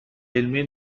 علمی